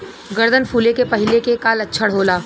गर्दन फुले के पहिले के का लक्षण होला?